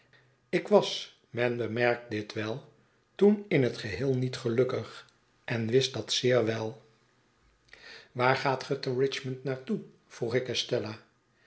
ik was men bemerkt dit wel toen in het geheel niet gelukkig en wist dat zeer wel waar gaat ge te richmond naar toe vroeg ik estella